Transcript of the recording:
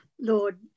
Lord